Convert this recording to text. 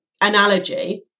analogy